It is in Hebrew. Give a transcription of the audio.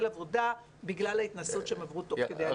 עבודה בגלל ההתנסות שהם עברו תוך כדי הלימודים.